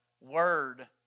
word